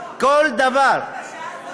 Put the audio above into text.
כל דבר,